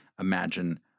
imagine